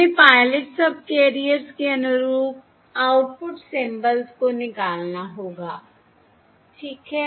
हमें pilot subcarriers के अनुरूप आउटपुट सिंबल्स को निकालना होगा ठीक है